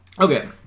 Okay